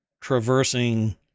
traversing